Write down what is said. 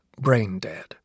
brain-dead